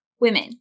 Women